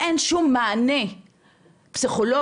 אין שום מענה פסיכולוגי,